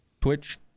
Twitch